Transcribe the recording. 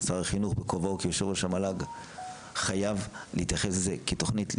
שר החינוך בכובעו כיושב ראש המל"ג חייב להתייחס לזה כתוכנית לאומית.